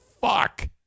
Fuck